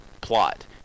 plot